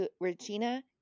Regina